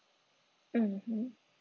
mmhmm